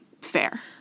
fair